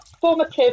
formative